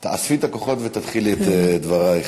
תאספי את הכוחות ותתחילי את דברייך,